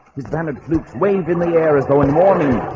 his dammit flutes waved in the air as though in morning